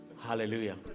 Hallelujah